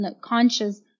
conscious